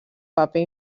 paper